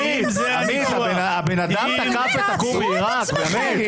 עמית, הבן אדם תקף את הכור בעירק, באמת.